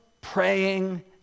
praying